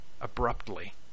abruptly